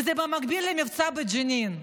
וזה במקביל למבצע בג'נין.